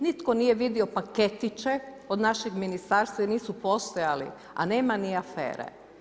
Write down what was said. Nitko nije vidio paketiće od našeg ministarstva, jer nisu postojali a nema ni afere.